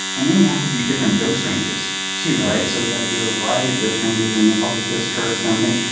and then we have to do different dose ranges too, right? so we've got to do a variety of dose ranges and make all these dose curves and everything.